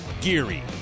Geary